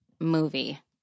movie